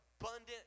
abundant